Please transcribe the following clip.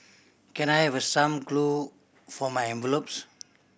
can I have some glue for my envelopes